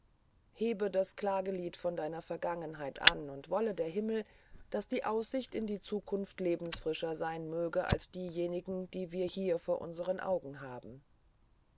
hebe das klagelied von deiner vergangenheit an und wolle der himmel daß die aussicht in die zukunft lebensfrischer sein möge als diejenige die wir hier vor unsern augen haben